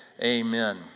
Amen